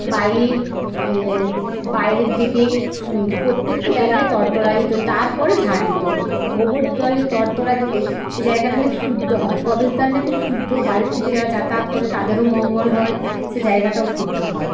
বাহির বাইরের দিকে সু প্রত্যেকটি জায়গায় তরতরাই দিত তারপরে ঝাড় দিত গোবর জলে তরতরা দিলে সে জায়গাটা নাকি শুদ্ধ হয় প্রবেশদ্বার নাকি শুদ্ধ বাড়ির থেকে যারা যাতায়াত করে তাদেরও মঙ্গল হয় সে জায়গাটাও শুদ্ধ হয়